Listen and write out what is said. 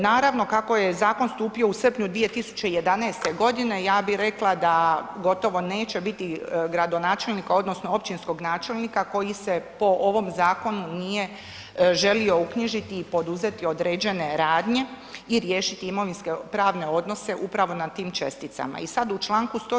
Naravno, kako je zakon stupio u srpnju 2011.g., ja bi rekla da gotovo neće biti gradonačelnika odnosno općinskog načelnika koji se po ovom zakonu nije želio uknjižiti i poduzeti određene radnje i riješiti imovinske pravne odnose upravo na tim česticama i sad u čl. 100.